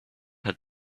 had